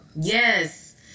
yes